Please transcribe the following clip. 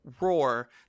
roar